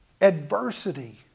adversity